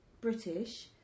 British